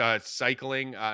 Cycling